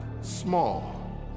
small